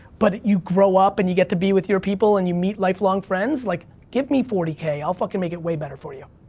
but you grow up, and you get to be with your people, and you meet lifelong friends. like, give me forty k, i'll fuckin' make it way better for you.